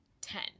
ten